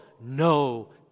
no